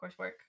coursework